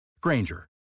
Granger